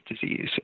disease